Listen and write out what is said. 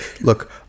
Look